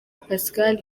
pascal